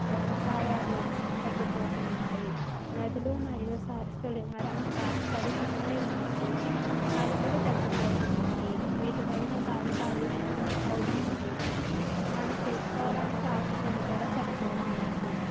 వ్యవసాయాలు తగ్గిపోతున్నాయి నదులు మరియు సరస్సులు మరింత కలుషితమై ఉన్నాయి అడవులు తగ్గిపోతున్నాయి వీటి వలన గాలి కాలుష్యం అవుతుంది మనం తీసుకోవడానికి ఆక్సిజన్ కూడా సరిపోవడం లేదు